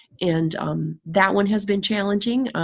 and that one has been challenging.